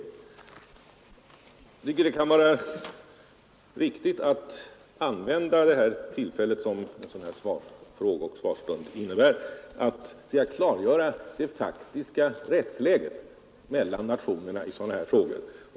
Jag tycker att det kan vara riktigt att använda det tillfälle som en sådan här frågeoch svarsstund innebär att klargöra det faktiska rättsläget mellan nationerna i sådana här frågor.